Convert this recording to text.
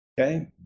Okay